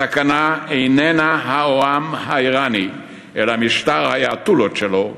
הסכנה איננה העם האיראני, אלא משטר האייטולות שלו,